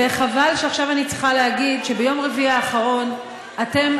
וחבל שאני צריכה להגיד שביום רביעי האחרון אתם